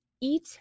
eat